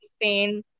pain